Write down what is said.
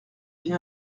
vie